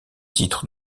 titre